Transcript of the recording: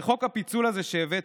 הרי חוק הפיצול הזה שהבאתם,